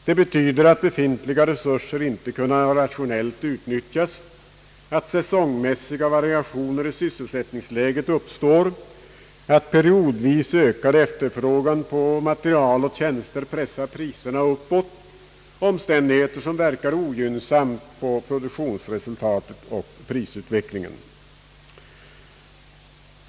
Det hetyder att befintliga resurser inte kan rationellt utnyttjas, att säsongmässiga variationer i sysselsättningsläget uppstår, att periodvis ökad efterfrågan på material och tjänster pressar priserna uppåt — omständigheter som verkar ogynnsamt på <produktionsresultatet och prisutvecklingen.